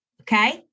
Okay